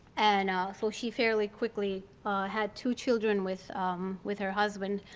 and so she fairly quickly had two children with with her husband.